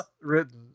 written